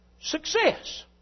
success